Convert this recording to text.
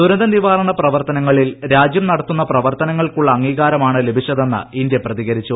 ദുരന്തനിവാരണ പ്രവർത്തനങ്ങളിൽ രാജ്യം നടത്തുന്ന പ്രവർത്തനങ്ങൾക്കുള്ള അംഗീകാരമാണ് ലഭിച്ചതെന്ന് ഇന്ത്യ പ്രതികരിച്ചു